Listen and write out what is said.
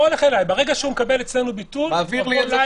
ברגע שהוא מקבל אצלנו ביטול ------ לא,